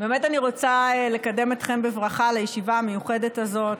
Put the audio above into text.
אני רוצה לקדם אתכם בברכה על הישיבה המיוחדת הזאת,